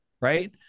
right